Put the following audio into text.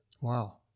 Wow